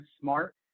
smart